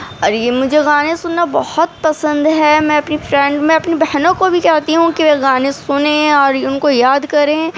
اور یہ مجھے گانے سننا بہت پسند ہے میں اپنی فرینڈ میں اپنی بہنوں کو بھی کہتی ہوں کہ گانے سنیں اور ان کو یاد کریں